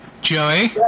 Joey